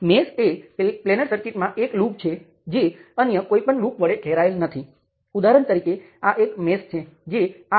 મેં તેને R×i તરીકે લખ્યું છે અજ્ઞાત વેક્ટર સ્વતંત્ર વોલ્ટેજ સ્ત્રોત વેક્ટર બરાબર થશે